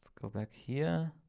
go back here,